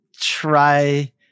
try